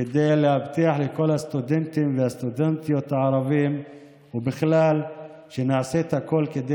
כדי להבטיח לכל הסטודנטים והסטודנטיות הערבים ובכלל שנעשה הכול כדי